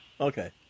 Okay